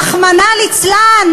רחמנא ליצלן,